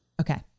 Okay